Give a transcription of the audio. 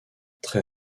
très